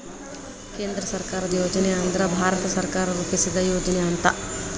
ಕೇಂದ್ರ ಸರ್ಕಾರದ್ ಯೋಜನೆ ಅಂದ್ರ ಭಾರತ ಸರ್ಕಾರ ರೂಪಿಸಿದ್ ಯೋಜನೆ ಅಂತ